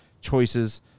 choices